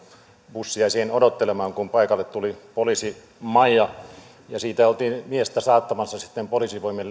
bussi jäi siihen odottelemaan kun paikalle tuli poliisimaija ja siitä oltiin miestä saattamassa sitten poliisivoimin